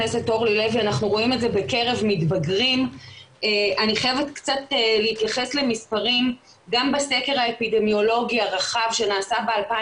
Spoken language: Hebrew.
אני אתייחס ממש בקצרה ואחריי תדבר אתי על הנושא של הכרזה על חומרים,